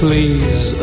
Please